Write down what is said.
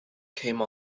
came